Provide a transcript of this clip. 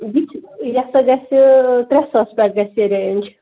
یہِ چھُ یہِ ہَسا گژھِ ترٛےٚ ساس پٮ۪ٹھٕ گژھِ یہِ رینٛج